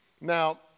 Now